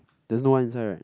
there's no one inside right